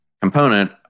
component